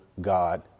God